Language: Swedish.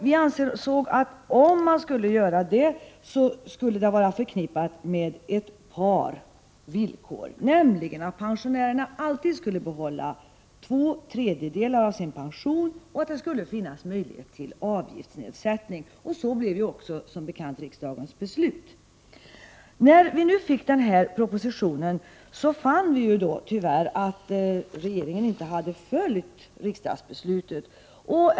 Vi ansåg att ett avskaffande skulle förknippas med ett par villkor, nämligen att pensionärerna alltid skulle få behålla två tredjedelar av pensionen och att det skulle finnas möjlighet till avgiftsnedsättning. Detta blev också, som bekant, riksdagens beslut. När vi nu fick propositionen fann vi att regeringen tyvärr inte hade följt riksdagsbeslutet.